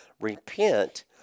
repent